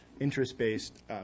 interest-based